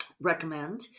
Recommend